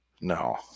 no